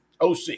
OC